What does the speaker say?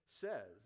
says